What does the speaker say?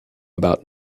about